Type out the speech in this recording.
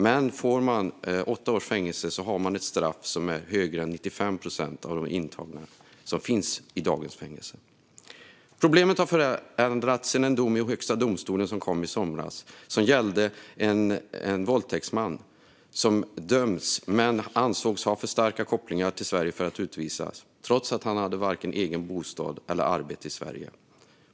Men om man får åtta års fängelse har man ett straff som är högre än vad 95 procent av de intagna som finns i fängelse i dag har. Problemet har förvärrats efter en dom i Högsta domstolen som kom i somras och som gällde en våldtäktsman som dömts men som ansågs ha för starka kopplingar till Sverige för att kunna utvisas, trots att han varken hade egen bostad eller arbete i Sverige.